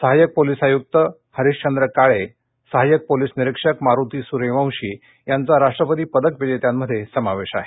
सहाय्यक पोलिस आयुक्त हरिशंद्र काळे सहाय्यक पोलिस निरक्रिक मारुत सूर्यवंश आंचा राष्ट्रपत अदक विजेत्यांमध्ये समावेश आहे